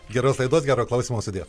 geras laidos gero klausymo sudie